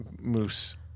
moose